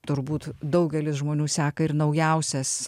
turbūt daugelis žmonių seka ir naujausias